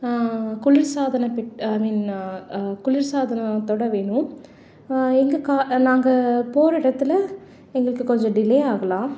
குளிர்சாதனப்பெட் ஐ மீன் குளிர்சாதனத்தோட வேணும் எங்கள் கா நாங்கள் போகற இடத்துல எங்களுக்கு கொஞ்சம் டிலே ஆகலாம்